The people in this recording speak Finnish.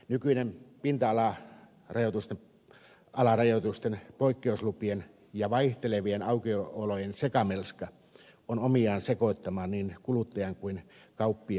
nykyinen pinta alarajoitusten poikkeuslupien ja vaihtelevien aukiolojen sekamelska on omiaan sekoittamaan niin kuluttajan kuin kauppiaan pään